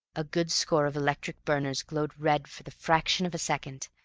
a good score of electric burners glowed red for the fraction of a second,